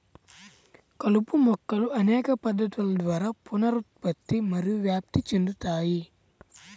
కలుపు మొక్కలు అనేక పద్ధతుల ద్వారా పునరుత్పత్తి మరియు వ్యాప్తి చెందుతాయి